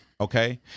okay